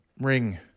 ring